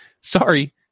sorry